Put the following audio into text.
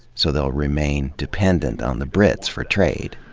so they'll remain dependent on the brits for trade.